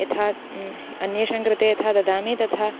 यथा अन्येषां कृते यथा ददामि तथा